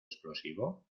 explosivo